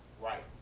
Right